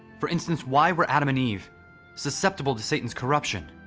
for instance, why were adam and eve susceptible to satan's corruption?